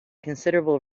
considerable